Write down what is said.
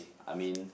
I mean